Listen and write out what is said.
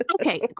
okay